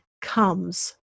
comes